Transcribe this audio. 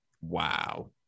wow